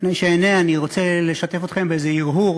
לפני שאענה אני רוצה לשתף אתכם באיזה הרהור: